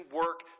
work